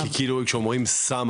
כאילו שאומרים סם,